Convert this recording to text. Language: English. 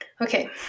Okay